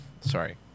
Sorry